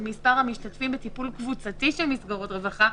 מספר המשתתפים בטיפול קבוצתי של מסגרות רווחה,